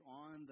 on